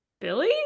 Billy